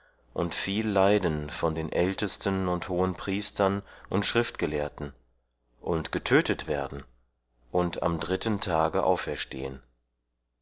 und viel leiden von den ältesten und hohenpriestern und schriftgelehrten und getötet werden und am dritten tage auferstehen